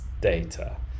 data